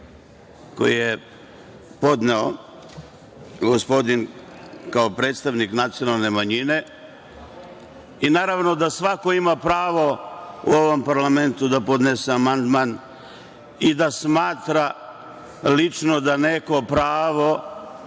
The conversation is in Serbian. koji je podneo gospodin kao predstavnik nacionalne manjine i naravno da svako ima pravo u ovom parlamentu da podnese amandman i da smatra lično da neko pravo